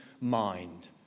mind